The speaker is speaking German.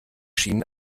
schienen